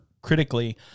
critically